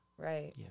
right